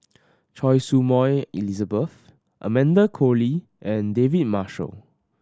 Choy Su Moi Elizabeth Amanda Koe Lee and David Marshall